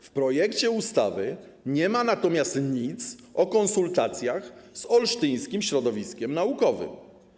W projekcie ustawy nie ma natomiast nic o konsultacjach z olsztyńskim środowiskiem naukowym.